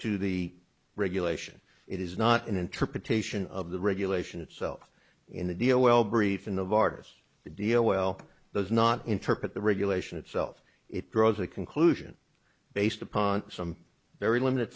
to the regulation it is not an interpretation of the regulation itself in the deal well briefed in the vargas the deal well those not interpret the regulation itself it draws a conclusion based upon some very limited